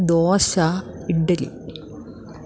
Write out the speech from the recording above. dosa idli